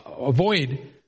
avoid